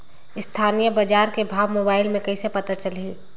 स्थानीय बजार के भाव मोबाइल मे कइसे पता चलही?